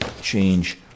change